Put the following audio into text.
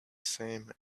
same